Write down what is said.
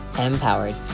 empowered